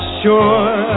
sure